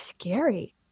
scary